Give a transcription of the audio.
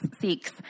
seeks